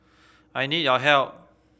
I need your help